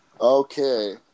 Okay